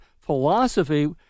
philosophy